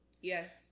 Yes